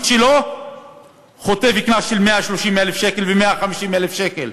שלו חוטף קנס של 130,000 שקל ו-150,000 שקל.